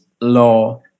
law